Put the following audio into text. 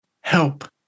help